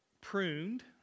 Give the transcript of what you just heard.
pruned